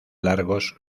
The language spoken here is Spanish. largos